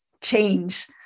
change